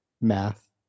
Math